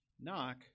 Knock